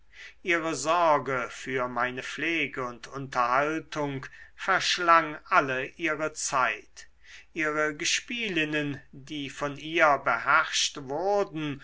ihre sorge für meine pflege und unterhaltung verschlang alle ihre zeit ihre gespielinnen die von ihr beherrscht wurden